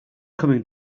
coming